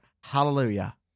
Hallelujah